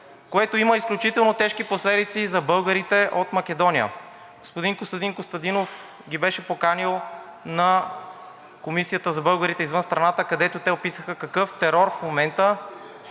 което има изключително тежки последици за българите от Македония. Господин Костадин Костадинов ги беше поканил на Комисията за българите извън страната, където те описаха какъв терор в момента